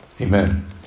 Amen